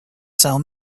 cell